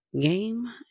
Game